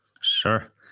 Sure